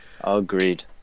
Agreed